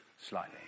slightly